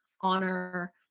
honor